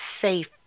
safe